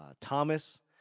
Thomas